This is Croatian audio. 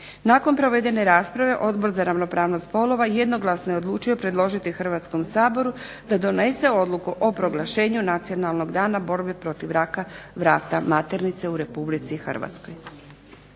Nakon provedene rasprave Odbor za ravnopravnost spolova jednoglasno je odlučio predložiti Hrvatskom saboru da donese Odluku o proglašenju Nacionalnog dana borbe protiv raka vrata maternice u Republici Hrvatskoj.